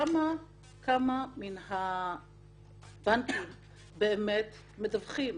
כמה מן הבנקים באמת מדווחים?